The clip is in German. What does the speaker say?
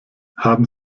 haben